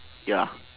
ya